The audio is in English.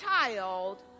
child